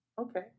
Okay